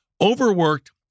overworked